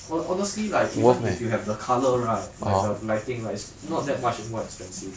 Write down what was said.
well honestly like even if you have the colour right like the lighting right it's not that much more expensive